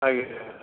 ଆଜ୍ଞା